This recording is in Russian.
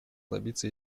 добиться